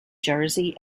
jersey